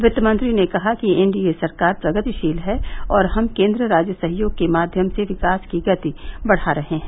वित्तमंत्री ने कहा कि एनडीए सरकार प्रगतिशील है और हम केन्द्र राज्य सहयोग के माध्यम से विकास की गति बढ़ा रहे हैं